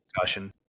discussion